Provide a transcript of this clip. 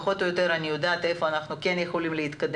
יודעת פחות או יותר איפה אנחנו כן יכולים להתקדם,